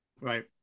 Right